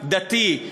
דתי,